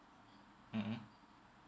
mmhmm